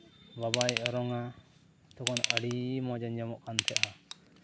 ᱵᱟᱵᱟᱭ ᱚᱨᱚᱝᱟ ᱛᱚᱠᱷᱚᱱ ᱟᱹᱰᱤ ᱢᱚᱡᱽ ᱟᱸᱡᱚᱢᱚᱜ ᱠᱟᱱ ᱛᱟᱦᱮᱸᱜᱼᱟ